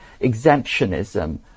exemptionism